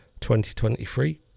2023